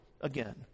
again